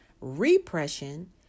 Repression